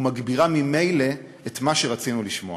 ומגבירה ממילא את מה שרצינו לשמוע.